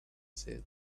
said